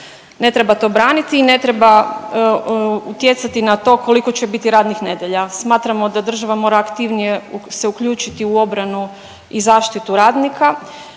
Ne treba to braniti i ne treba utjecati na to koliko će biti radnih nedjelja. Smatramo da država mora aktivnije se uključiti u obranu i zaštitu radnika.